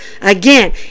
again